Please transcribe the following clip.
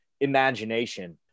imagination